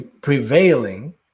prevailing